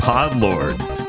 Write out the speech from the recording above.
Podlords